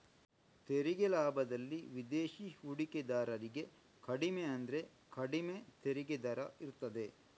ತೆರಿಗೆ ಲಾಭದಲ್ಲಿ ವಿದೇಶಿ ಹೂಡಿಕೆದಾರರಿಗೆ ಕಡಿಮೆ ಅಂದ್ರೆ ಕಡಿಮೆ ತೆರಿಗೆ ದರ ಇರ್ತದೆ